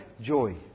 joy